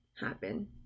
happen